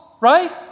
right